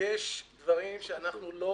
יש דברים שלא